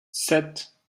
sept